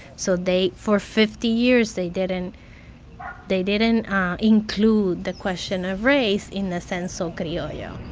so they for fifty years, they didn't they didn't include the question of race in the censo criollo yeah